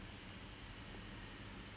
got !wah! kena blasted